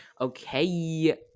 okay